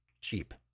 cheap